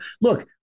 Look